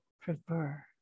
prefer